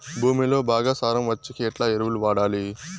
భూమిలో బాగా సారం వచ్చేకి ఎట్లా ఎరువులు వాడాలి?